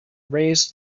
raised